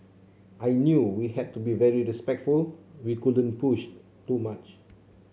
I knew we had to be very respectful we couldn't push too much